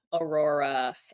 aurora